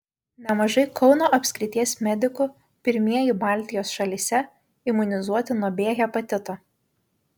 nemažai kauno apskrities medikų pirmieji baltijos šalyse imunizuoti nuo b hepatito